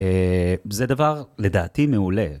אהה.. זה דבר לדעתי מעולה.